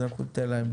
אז אנחנו ניתן להם.